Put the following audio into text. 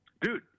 Dude